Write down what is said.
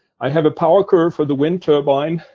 i have a power curve for the wind turbine,